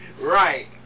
Right